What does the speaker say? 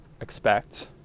Expect